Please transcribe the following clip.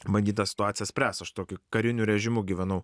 bandyt tą situaciją spręst aš tokiu kariniu režimu gyvenau